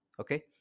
okay